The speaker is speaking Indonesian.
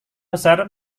besar